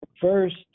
first